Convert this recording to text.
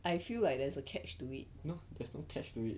no there's no catch